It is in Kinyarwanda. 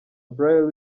brian